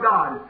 God